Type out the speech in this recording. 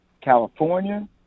California